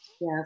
Yes